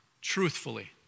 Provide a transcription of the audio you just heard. truthfully